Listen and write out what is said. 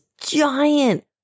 giant